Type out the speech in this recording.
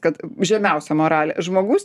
kad žemiausią moralę žmogus